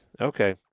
Okay